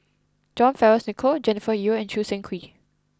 John Fearns Nicoll Jennifer Yeo and Choo Seng Quee